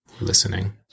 listening